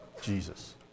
Jesus